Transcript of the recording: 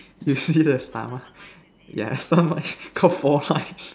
you see the stomach yeah stomach got four lines